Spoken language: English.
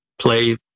play